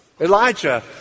Elijah